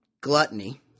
gluttony